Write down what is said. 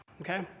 okay